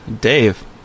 Dave